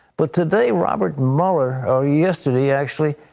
but, today, robert mueller, or yesterday, actually,